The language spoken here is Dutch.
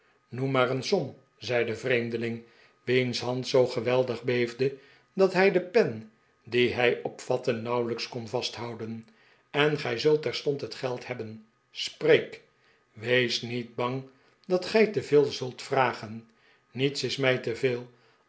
noem maar een som zei de vreemdeling wiens hand zoo geweldig beefde dat hij de pen die hij opvatte nauwelijks kon vasthoudenj en gij zult terstond het geld hebben spreek wees niet bang dat gij te veel zult vragen niets is mij te veel